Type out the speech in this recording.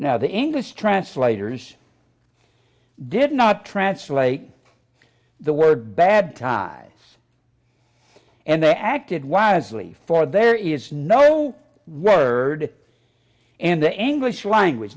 now the english translators did not translate the word bad tides and they acted wisely for there is no word and the english language